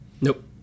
Nope